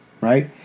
right